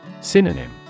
Synonym